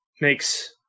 makes